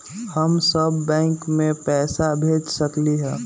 हम सब बैंक में पैसा भेज सकली ह?